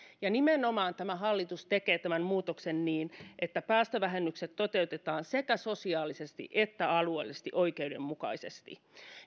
tämä hallitus tekee tämän muutoksen nimenomaan niin että päästövähennykset toteutetaan sekä sosiaalisesti että alueellisesti oikeudenmukaisesti